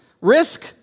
risk